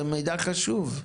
זה מידע חשוב.